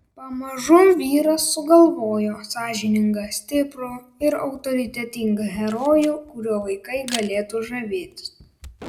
pamažu vyras sugalvojo sąžiningą stiprų ir autoritetingą herojų kuriuo vaikai galėtų žavėtis